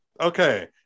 okay